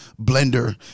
blender